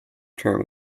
term